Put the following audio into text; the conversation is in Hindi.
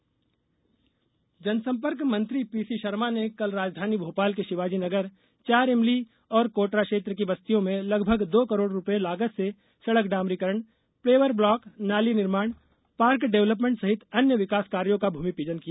सड़क भूमिपूजन जनसम्पर्क मंत्री पीसी शर्मा ने कल राजधानी भोपाल के शिवाजी नगर चार इमली और कोटरा क्षेत्र की बस्तियों में लगभग दो करोड़ रुपए लागत से सड़क डामरीकरण पेवर ब्लाक नाली निर्माण पार्क डेवलपमेंट सहित अन्य विकास कार्यो का भूमिपूजन किया